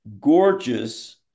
Gorgeous